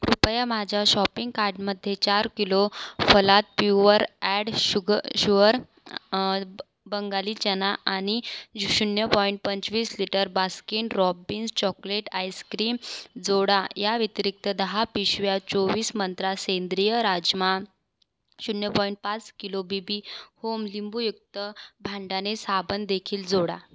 कृपया माझ्या शॉपिंग कार्डमध्ये चार किलो फलदा पिव्वर ॲड शुग शुवर ब बंगाली चना आणि शून्य पॉईंट पंचवीस litre Baskin Robbins chocolate ice cream जोडा याव्यतिरिक्त दहा पिशव्या चोवीस मंत्रा सेंद्रिय राजमा शून्य पॉईंट पाच किलो बीबी होम लिंबुयुक्त भांड्याचे साबणदेखील जोडा